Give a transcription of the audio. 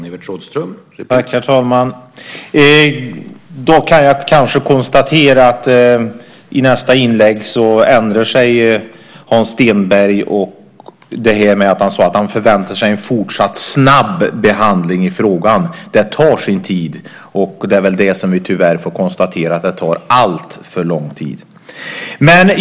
Herr talman! Jag kan konstatera att Hans Stenberg ändrade sig i sitt andra inlägg beträffande det han sade om att han förväntade sig en fortsatt snabb behandling av frågan. Det tar sin tid, och tyvärr får vi konstatera att det tar alltför lång tid.